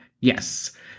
Yes